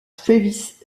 travis